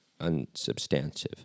Unsubstantive